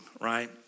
right